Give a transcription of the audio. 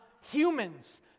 humans